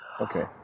Okay